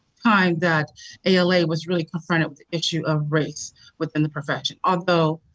time that ala was really confronted with the issue of race within the profession. although